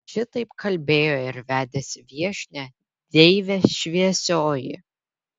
šitaip kalbėjo ir vedėsi viešnią deivė šviesioji